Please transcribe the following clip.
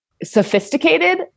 sophisticated